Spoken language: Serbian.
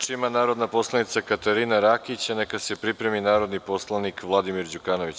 Reč ima narodna poslanica Katarina Rakić, a neka se pripremi narodni poslanik Vladimir Đukanović.